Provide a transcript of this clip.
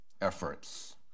efforts